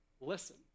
Listen